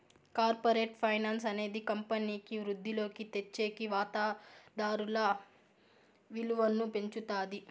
corporate finance అనేది కంపెనీకి వృద్ధిలోకి తెచ్చేకి వాతాదారుల విలువను పెంచుతాది